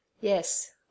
Yes